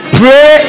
pray